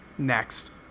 Next